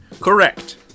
Correct